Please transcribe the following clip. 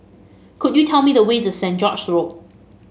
could you tell me the way to Saint George Road